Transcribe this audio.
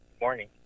morning